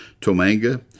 tomanga